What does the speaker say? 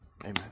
Amen